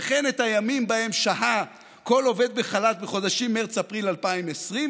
וכן את הימים שבהם שהה כל עובד בחל"ת בחודשים מרץ-אפריל 2020,